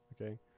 okay